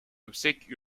obsèques